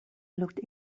looked